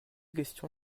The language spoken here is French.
question